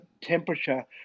temperature